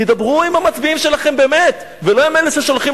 תדברו עם המצביעים שלכם באמת ולא עם אלה ששולחים